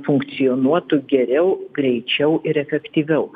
funkcionuotų geriau greičiau ir efektyviau